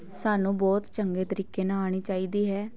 ਸਾਨੂੰ ਬਹੁਤ ਚੰਗੇ ਤਰੀਕੇ ਨਾਲ ਆਉਣੀ ਚਾਹੀਦੀ ਹੈ